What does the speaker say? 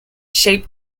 shaped